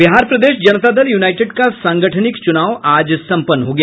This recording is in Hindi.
बिहार प्रदेश जनता दल यूनाईटेड का सांगठनिक चुनाव आज सम्पन्न हो गया